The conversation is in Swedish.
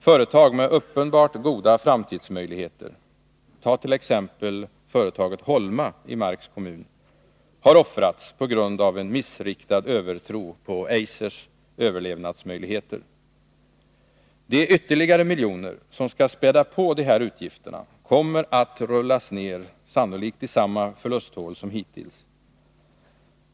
Företag med uppenbart goda framtidsmöjligheter, t.ex. företaget Holma i Marks kommun, har offrats på grund av en missriktad övertro på Eisers överlevnadsmöjligheter. De ytterligare miljoner som skall späda på dessa utgifter kommer sannolikt att rullas ner i samma förlusthål som hittills.